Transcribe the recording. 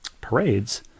parades